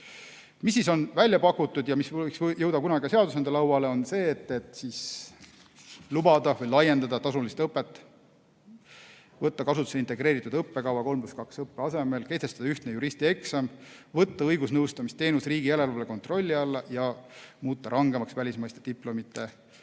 Mis siis on välja pakutud ja mis võiks jõuda kunagi seadusandja lauale, on see, et lubada või laiendada tasulist õpet, võtta kasutusse integreeritud õppekava 3 + 2 õppe asemel, kehtestada ühtne juristieksam, võtta õigusnõustamise teenus riigi järelevalve, kontrolli alla ja muuta rangemaks välismaiste diplomite